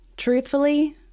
Truthfully